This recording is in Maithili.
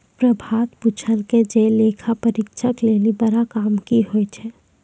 प्रभात पुछलकै जे लेखा परीक्षक लेली बड़ा काम कि होय छै?